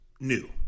new